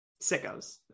sickos